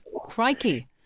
Crikey